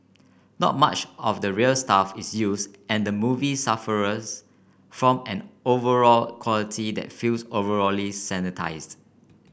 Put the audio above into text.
not much of the real stuff is used and the movie suffers from an overall quality that feels overally sanitised